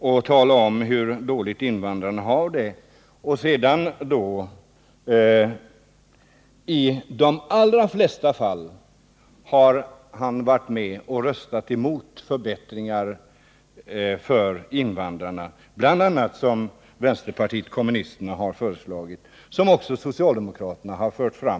Han talar om hur dåligt invandrarna har det, men han har i de allra flesta fall varit med om att rösta emot förbättringar för invandrarna, bl.a. sådana som vänsterpartiet kommunisterna har föreslagit och som också socialdemokraterna har fört fram.